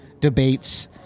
debates